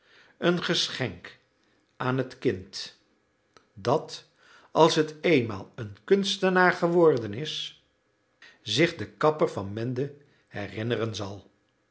een geschenk aan het kind dat als het eenmaal een kunstenaar geworden is zich den kapper van mende herinneren zal